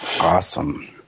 Awesome